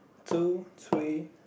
two three